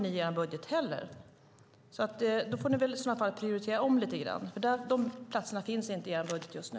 I så fall får ni omprioritera lite grann, för de platserna finns inte i er budget just nu.